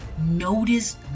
Notice